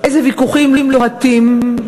איזה ויכוחים לוהטים,